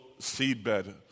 seedbed